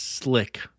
Slick